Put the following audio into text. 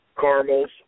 Caramels